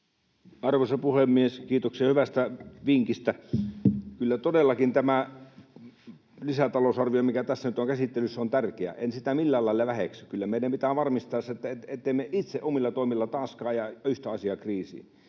Arvoisa puhemies! Kiitoksia hyvästä vinkistä. Kyllä todellakin tämä lisätalousarvio, mikä tässä nyt on käsittelyssä, on tärkeä. En sitä millään lailla väheksy. Kyllä meidän pitää varmistaa se, ettemme itse omilla toimillamme taaskin aja yhtä asiaa kriisiin.